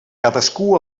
cadascú